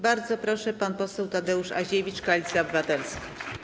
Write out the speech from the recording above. Bardzo proszę, pan poseł Tadeusz Aziewicz, Koalicja Obywatelska.